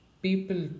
People